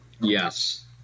Yes